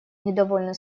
недовольно